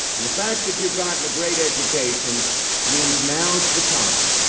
and the fact that you've gotten a great education means now's the time.